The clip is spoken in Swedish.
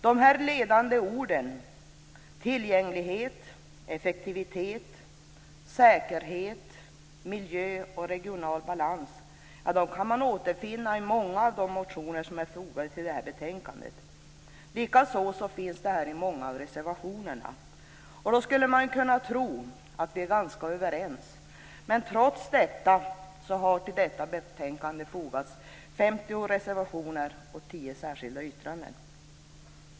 Dessa ledande ord - tillgänglighet, effektivitet, säkerhet, miljö och regional balans - kan man återfinna i många av de motioner som tas upp i betänkandet. De finns också i många av reservationerna. Man skulle kunna tro att vi är ganska överens, men trots detta har det till betänkandet fogats 50 reservationer och tio särskilda yttranden.